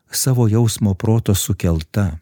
savo jausmo proto sukelta